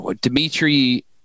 Dimitri